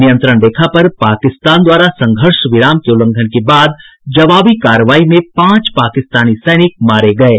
नियंत्रण रेखा पर पाकिस्तान द्वारा संघर्ष विराम के उल्लंघन के बाद जवाबी कार्रवाई में पांच पाकिस्तानी सैनिक मारे गये